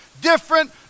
different